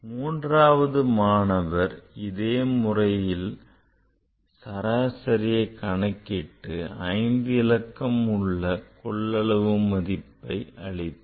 மூன்றாவது மாணவர் இதே முறையில் சராசரியை கணக்கிட்டு 5 இலக்கம் உள்ள கொள்ளளவு மதிப்பை அளித்தார்